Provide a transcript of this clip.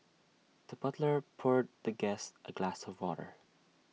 the butler poured the guest A glass of water